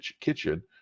kitchen